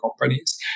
companies